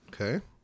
Okay